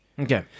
Okay